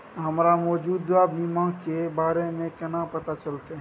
हमरा मौजूदा बीमा के बारे में केना पता चलते?